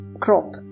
crop